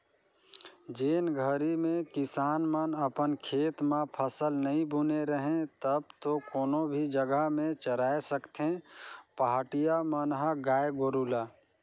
जेन घरी में किसान मन अपन खेत म फसल नइ बुने रहें तब तो कोनो भी जघा में चराय सकथें पहाटिया मन ह गाय गोरु ल